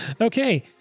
Okay